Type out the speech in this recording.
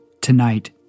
Tonight